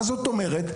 מה זאת אומרת?